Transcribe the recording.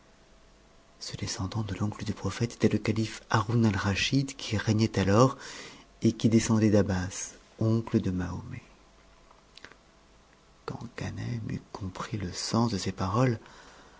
ce descendant de l'oncle du prophète était le calife haroun alraschid qui régnait alors et qui descendait d'abbas oncle de mahomet quand ganem eut compris le sens de ces paroles